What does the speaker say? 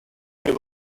have